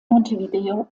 montevideo